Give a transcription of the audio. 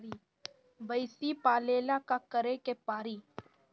भइसी पालेला का करे के पारी?